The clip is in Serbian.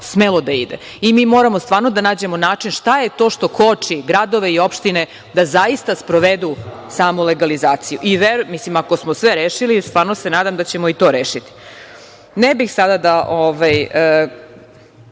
smelo da ide i mi moramo stvarno da nađemo način šta je to što koči gradove i opštine da zaista sprovedu samu legalizaciju. Ako smo sve rešili, stvarno se nadam da ćemo i to rešiti. Ne bih sada, baš